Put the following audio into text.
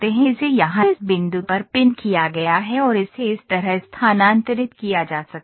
इसे यहाँ इस बिंदु पर पिन किया गया है और इसे इस तरह स्थानांतरित किया जा सकता है